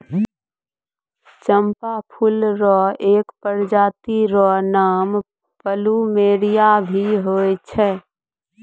चंपा फूल र एक प्रजाति र नाम प्लूमेरिया भी होय छै